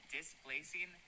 Displacing